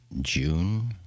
June